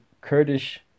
Kurdish